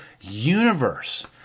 universe